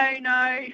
no